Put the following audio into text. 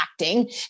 acting